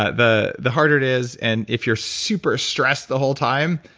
ah the the harder it is, and if you're super stressed the whole time,